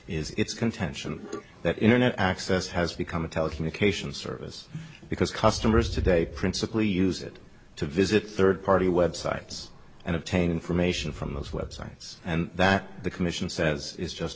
its contention that internet access has become a telecommunications service because customers today principally use it to visit third party websites and obtain information from those websites and that the commission says is just